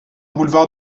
boulevard